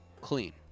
clean